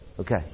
Okay